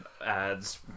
ads